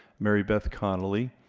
mary beth connelly